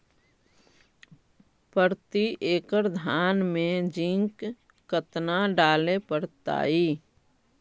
प्रती एकड़ धान मे जिंक कतना डाले पड़ताई?